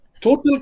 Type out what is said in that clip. Total